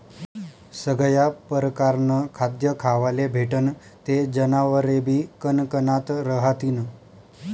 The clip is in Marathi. सगया परकारनं खाद्य खावाले भेटनं ते जनावरेबी कनकनात रहातीन